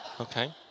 Okay